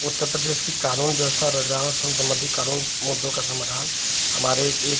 उत्तर प्रदेश की कानून व्यवस्था रोज़गार सम्बन्धी कानूनी मुद्दों का समाधान हमारे एक